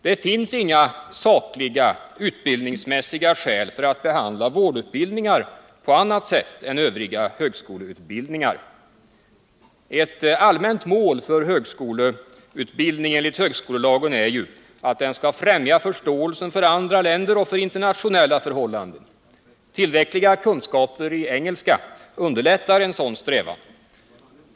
Det finns inga sakliga utbildningsmässiga skäl för att behandla vårdutbildningar på annat sätt än övriga högskoleutbildningar. Ett allmänt mål för högskoleutbildning enligt högskolelagen är att den skall främja förståelsen för andra länder och för internationella förhållanden. Tillräckliga kunskaper i engelska underlättar en sådan strävan.